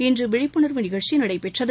இன்று விழிப்புணர்வு நிகழ்ச்சி நடைபெற்றது